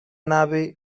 nave